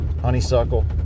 honeysuckle